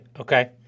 Okay